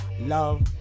Love